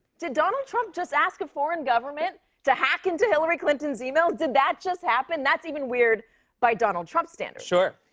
did donald trump just ask a foreign government to hack into hillary clinton's e-mails? did that just happen? that's even weird by donald trump's standards. sure.